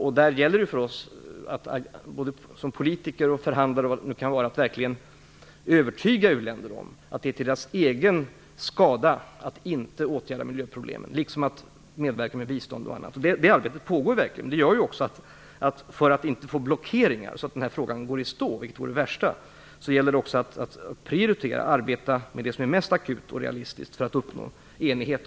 Det gäller då för oss både som politiker och förhandlare att verkligen övertyga u-länderna om att det är till deras egen skada att inte åtgärda miljöproblemen samt att också medverka med bistånd. Detta arbete pågår nu. För att inte få blockeringar så att den här frågan går i stå, vilket vore det värsta, gäller det också att prioritera, att arbete med det som är mest akut och realistiskt för att uppnå enighet.